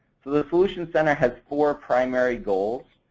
the solutions center has four primarily goals.